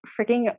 freaking